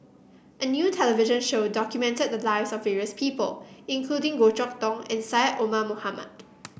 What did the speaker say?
a new television show documented the lives of various people including Goh Chok Tong and Syed Omar Mohamed